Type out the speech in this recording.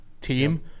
team